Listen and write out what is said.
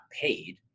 paid